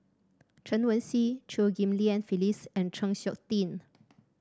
Chen Wen Hsi Chew Ghim Lian Phyllis and Chng Seok Tin